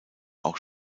auch